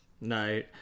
no